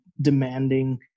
demanding